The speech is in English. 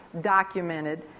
documented